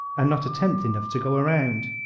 and not a tenth enough to go around!